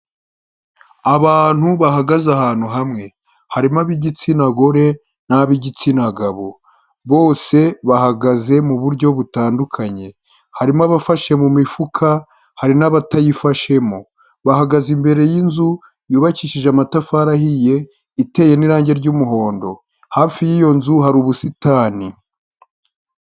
Abantu bahagaze ahantu hamwe. Harimo ab'igitsina gore n'ab'igitsina gabo. Bose bahagaze mu buryo butandukanye. Harimo abafashe mu mifuka, hari n'abatayifashemo. Bahagaze imbere y'inzu yubakishije amatafari ahiye, iteye n'irange ry'umuhondo. Hafi y'iyo nzu hari ubusitani.